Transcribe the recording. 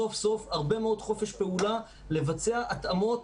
סוף סוף הרבה מאוד חופש פעולה לבצע התאמות